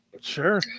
Sure